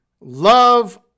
love